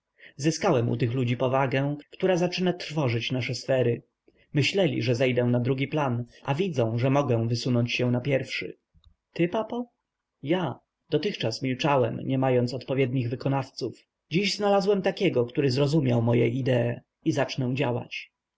u tych ludzi powagę która zaczyna trwożyć nasze sfery myśleli że zejdę na drugi plan a widzą że mogę wysunąć się na pierwszy ty papo ja dotychczas milczałem nie mając odpowiednich wykonawców dziś znalazłem takiego który zrozumiał moje idee i zacznę działać